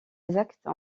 exacte